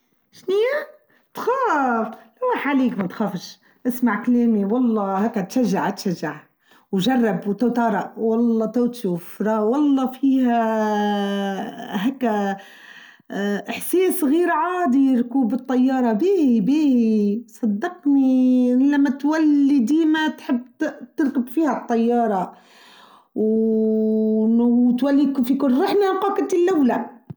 شنيه تخاااااف لا حاليك ماتخافش أسمع كلامي والله هكا تشجع تشجع وجرب وتطارق والله توتشوف والله فيهااااا هكا إحساس غير عادي ركوب الطيارة بي بي صدقني لما تولي ديما تحب تركب فيها الطيارة وتوليك في كل رحلة قاكة اللولة.